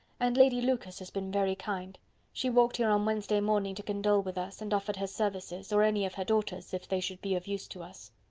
and lady lucas has been very kind she walked here on wednesday morning to condole with us, and offered her services, or any of her daughters', if they should be of use to us.